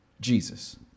Jesus